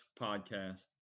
podcast